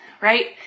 right